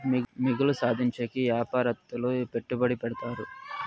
మిగులు సాధించేకి యాపారత్తులు పెట్టుబడి పెడతారు